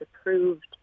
approved